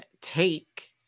take